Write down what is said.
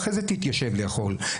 ואחרי זה תתיישב לאכול.